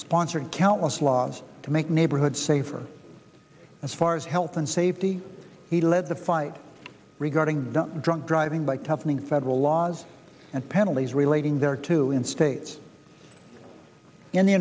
sponsored countless laws to make neighborhood safer as far as health and safety he led the fight regarding drunk driving by toughening federal laws and penalties relating there to in states in the